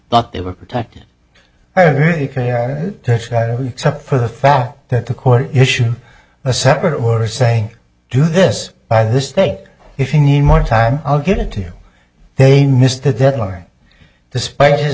thought they were protected except for the fact that the court issued a separate were saying do this by this take if you need more time i'll get it to you they missed the deadline despite his